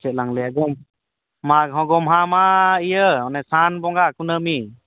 ᱪᱮᱫ ᱪᱮᱫᱞᱟᱝ ᱞᱟᱹᱭᱟ ᱡᱮ ᱢᱟ ᱜᱚᱢᱦᱟ ᱢᱟ ᱤᱭᱟᱹ ᱥᱟᱱ ᱵᱚᱸᱜᱟ ᱠᱩᱱᱟᱹᱢᱤ